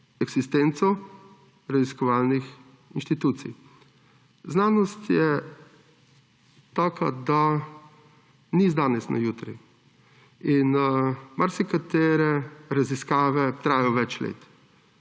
eksistenco raziskovalnih inštitucij. Znanost je taka, da ni z danes na jutri. Marsikatere raziskave trajajo več let